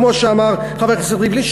כמו שאמר חבר הכנסת ריבלין,